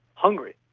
hungry,